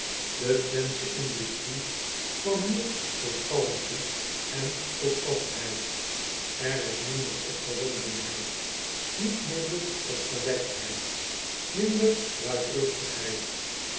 e wenthsche industrie kwam meer tot kalmte en tot vastheid r is minder opgewondenheid niet minder opgewektheid minder luidruchtigheid